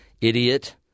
idiot